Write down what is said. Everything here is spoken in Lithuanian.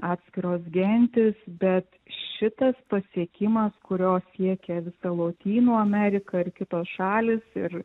atskiros gentys bet šitas pasiekimas kurio siekia visa lotynų amerika ir kitos šalys ir